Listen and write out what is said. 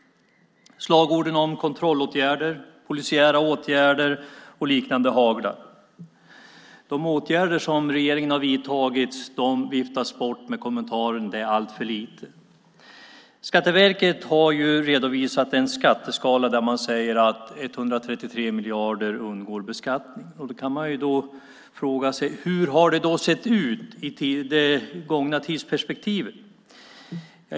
Slagorden om kontrollåtgärder, polisiära åtgärder och liknande haglar. De åtgärder som regeringen har vidtagit viftas bort med kommentaren: Det är alltför lite. Skatteverket har ju redovisat en skatteskala där man säger att 133 miljarder undgår beskattning. Man kan då fråga sig hur det har sett ut i det gångna tidsperspektivet.